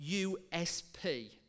USP